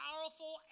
powerful